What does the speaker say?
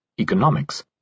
economics